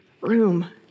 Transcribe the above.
room